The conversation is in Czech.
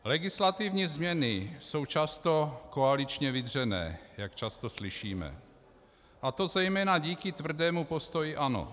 Legislativní změny jsou často koaličně vydřené, jak často slyšíme, a to zejména díky tvrdému postoji ANO.